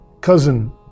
cousin